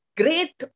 great